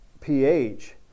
pH